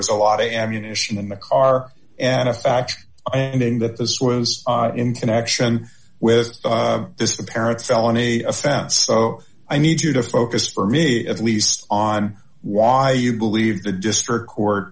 was a lot of ammunition in the car and a factor in that this was in connection with this apparent felony offense so i need you to focus for me at least on why you believe the district court